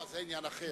זה עניין אחר.